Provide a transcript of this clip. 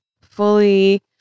fully